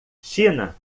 china